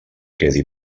quedi